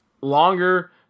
longer